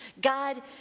God